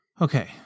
Okay